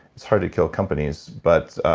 it's hard to kill companies but,